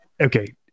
okay